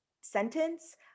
sentence